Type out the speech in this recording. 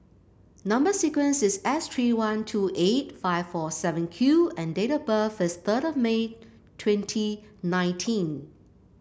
number sequence is S three one two eight five four seven Q and date of birth is third of May twenty nineteen